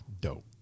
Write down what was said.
Dope